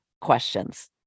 questions